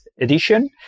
edition